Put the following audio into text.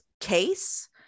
case